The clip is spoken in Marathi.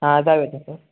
हां जाऊया सर